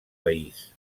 país